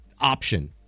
option